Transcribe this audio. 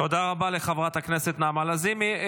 תודה רבה לחברת הכנסת נעמה לזימי.